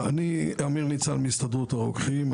אני אמיר ניצן מהסתדרות הרוקחים.